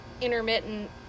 intermittent